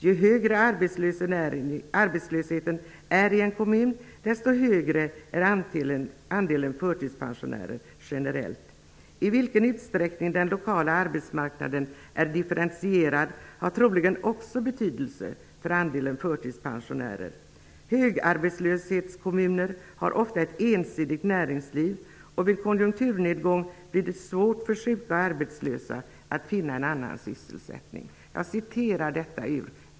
Ju högre arbetslösheten är i en kommun, desto högre är andelen förtidspensionärer generellt. I vilken utsträckning den lokala arbetsmarknaden är differentierad har troligen också betydelse för andelen förtidspensionärer. Högarbetslöshetskommuner har ofta ett ensidigt näringsliv och vid konjunkturnedgång blir det svårt för sjuka och arbetslösa att finna en annan sysselsättning.''